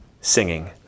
singing